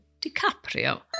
DiCaprio